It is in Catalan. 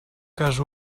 cas